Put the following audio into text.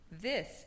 This